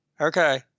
Okay